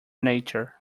nature